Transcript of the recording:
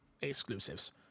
exclusives